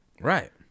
Right